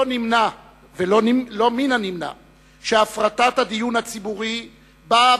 לא מן הנמנע שהפרטת הדיון הציבורי באה